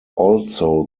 also